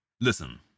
listen